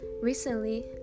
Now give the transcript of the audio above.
Recently